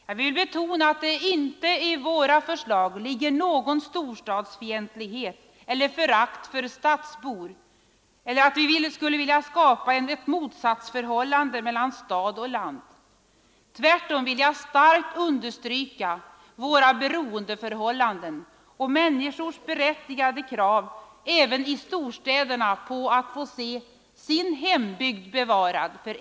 Jag vill betona att det inte i våra förslag ligger någon storstadsfientlighet eller något förakt för stadsbor och att vi inte vill skapa ett motsatsförhållande mellan stad och land. Tvärtom vill jag starkt understryka allas beroende av varandra.